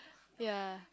ya